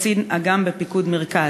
קצין אג"ם בפיקוד מרכז,